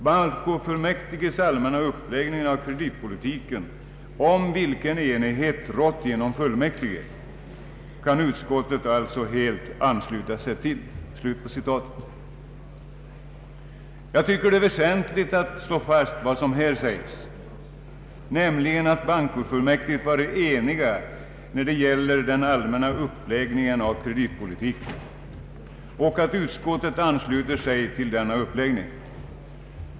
Bankofullmäktiges allmänna uppläggning av kreditpolitiken, om vilken enighet rått inom fullmäktige, kan utskottet alltså helt ansluta sig till.” Jag tycker att det är väsentligt att slå fast vad som här sägs, nämligen att bankofullmäktige varit eniga när det gäller den allmänna uppläggningen av kreditpolitiken och att utskottet ansluter sig till denna uppläggning.